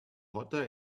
hotter